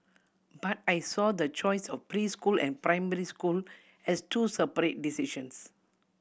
but I saw the choice of preschool and primary school as two separate decisions